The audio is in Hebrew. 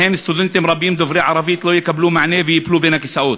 שבהן סטודנטים רבים דוברי ערבית לא יקבלו מענה וייפלו בין הכיסאות.